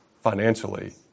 financially